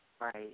Right